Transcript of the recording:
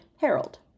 Harold